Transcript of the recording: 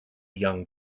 young